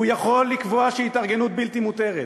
הוא יכול לקבוע שהיא התארגנות בלתי מותרת.